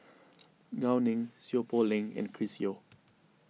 Gao Ning Seow Poh Leng and Chris Yeo